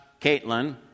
Caitlin